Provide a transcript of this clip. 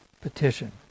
petition